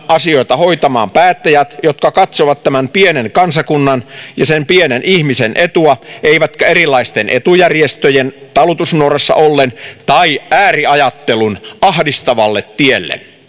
asioita hoitamaan päättäjät jotka katsovat tämän pienen kansakunnan ja sen pienen ihmisen etua eivätkä ole erilaisten etujärjestöjen talutusnuorassa tai ääriajattelun ahdistavalla tiellä